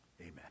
Amen